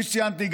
כפי שציינתי,